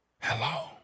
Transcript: Hello